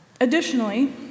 Additionally